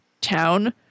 town